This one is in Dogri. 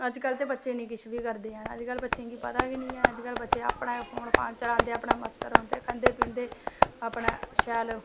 अज कल ते बच्चे नी किश बी करदे हैन अज कल बच्चें गी पता गै नी ऐ अज कल बच्चे अपनै फोन फॉन चलांदे अपनै खंदे पींदे मस्त रौंह्दे अपनै शैल